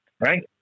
right